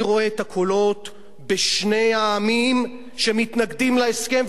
אני רואה את הקולות בשני העמים שמתנגדים להסכם,